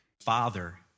Father